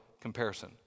comparison